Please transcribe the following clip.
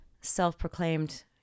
self-proclaimed